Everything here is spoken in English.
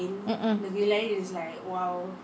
mm mm